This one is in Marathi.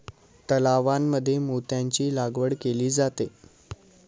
तलावांमध्ये मोत्यांची लागवड केली जाते